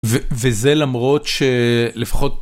וזה למרות שלפחות.